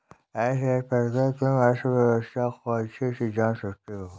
अर्थशास्त्र पढ़कर तुम अर्थव्यवस्था को अच्छे से जान सकते हो